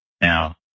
Now